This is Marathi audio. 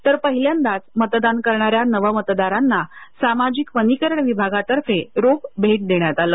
तर पहिल्यांदाच मतदान करणाऱ्या नवमतदारांना सामाजिक वनीकरण विभागातर्फे रोप भेट देण्यात आलं